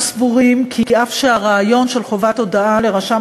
אנחנו סבורים כי אף שהרעיון של חובת הודעה לרשם